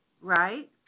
right